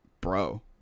Bro